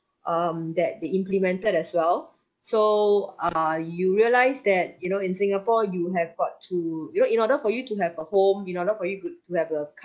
um that they implemented as well so uh you realise that you know in singapore you have got to you know in order for you to have a home in order for you to to have a